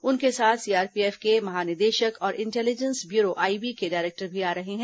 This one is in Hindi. उनके साथ सीआरपीएफ के महानिदेशक और इंटेलिजेंस ब्यूरो आईबी के डायरेक्टर भी आ रहे हैं